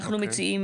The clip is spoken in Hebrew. אנחנו מציעים,